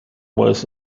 was